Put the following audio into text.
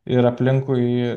ir aplinkui